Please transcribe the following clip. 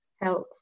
health